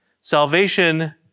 Salvation